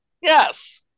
Yes